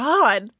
God